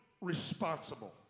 responsible